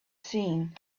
seen